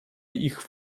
ich